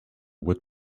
would